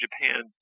Japan